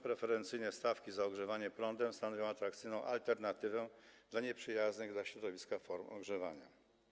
Preferencyjne stawki za ogrzewanie prądem stanowią atrakcyjną alternatywę dla nieprzyjaznych dla środowiska form ogrzewania.